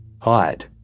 hide